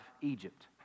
Egypt